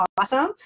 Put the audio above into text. awesome